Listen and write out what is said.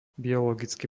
biologický